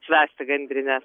švęsti gandrines